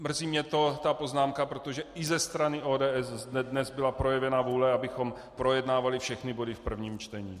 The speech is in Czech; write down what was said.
Mrzí mě ta poznámka, protože i ze strany ODS zde dnes byla projevena vůle, abychom projednávali všechny body v prvním čtení.